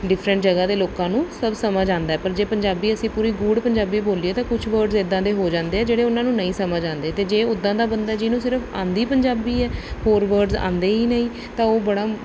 different ਜਗ੍ਹਾ ਦੇ ਲੋਕਾਂ ਨੂੰ ਸਭ ਸਮਝ ਆਉਂਦਾ ਪਰ ਜੇ ਪੰਜਾਬੀ ਅਸੀਂ ਪੂਰੀ ਗੂੜ੍ਹ ਪੰਜਾਬੀ ਬੋਲੀਏ ਤਾਂ ਕੁਛ ਵਰਡਸ ਇੱਦਾਂ ਦੇ ਹੋ ਜਾਂਦੇ ਆ ਜਿਹੜੇ ਉਹਨਾਂ ਨੂੰ ਨਹੀਂ ਸਮਝ ਆਉਂਦੇ ਅਤੇ ਜੇ ਉੱਦਾਂ ਦਾ ਬੰਦਾ ਜਿਹਨੂੰ ਸਿਰਫ ਆਉਂਦੀ ਪੰਜਾਬੀ ਹੈ ਹੋਰ ਵਰਡ ਆਉਂਦੇ ਹੀ ਨਹੀਂ ਤਾਂ ਉਹ ਬੜਾ